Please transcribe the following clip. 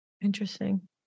Interesting